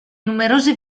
numerose